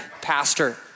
pastor